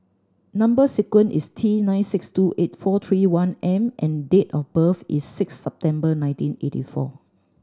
number sequence is T nine six two eight four three one M and date of birth is six September nineteen eighty four